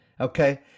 Okay